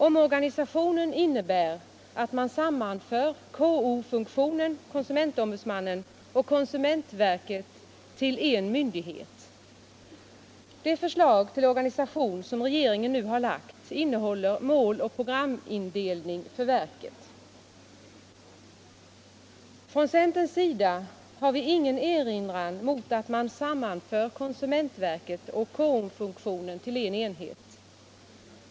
Omorganisationen innebar att konsumentombudsmannen och konsumentverket skulle sammanföras till en myndighet. Det förslag till organisation som regeringen nu har lagt innehåller mål och programindelning för verket. Från centerns sida har vi ingen erinran mot att man sammanför konsumentverket och KO-funktionen till en enhet.